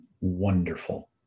wonderful